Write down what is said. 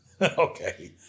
Okay